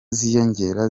ziyongera